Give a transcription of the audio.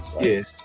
yes